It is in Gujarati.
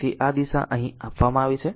તેથી આ દિશા અહીં આપવામાં આવી છે